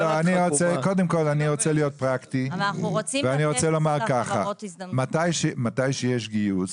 קודם כל אני רוצה להיות פרקטי ולומר - מתי שיש גיוס